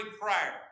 prayer